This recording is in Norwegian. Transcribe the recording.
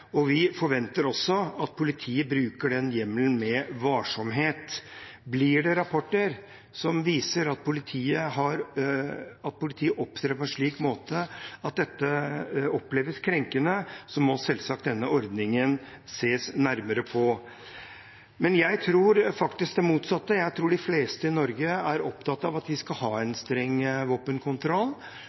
Vi forventer også at politiet bruker den hjemmelen med varsomhet. Blir det rapporter som viser at politiet opptrer på en slik måte at dette oppleves krenkende, må selvsagt denne ordningen ses nærmere på. Men jeg tror faktisk det motsatte. Jeg tror de fleste i Norge er opptatt av at vi skal ha en streng våpenkontroll.